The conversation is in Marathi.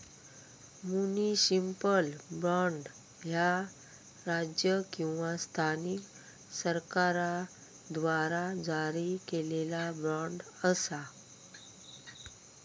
म्युनिसिपल बॉण्ड, ह्या राज्य किंवा स्थानिक सरकाराद्वारा जारी केलेला बॉण्ड असा